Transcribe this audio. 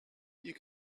you